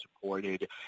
supported